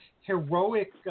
heroic